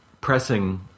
pressing